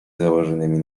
założonymi